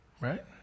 Right